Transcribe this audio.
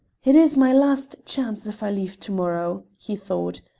it is my last chance, if i leave to-morrow, he thought.